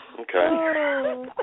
okay